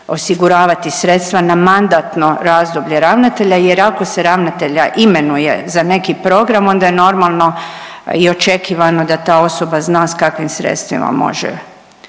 osiguravati sredstva na mandatno razdoblje ravnatelja jer ako se ravnatelja imenuje za neki program, onda je normalno i očekivano da ta osoba zna s kakvim sredstvima može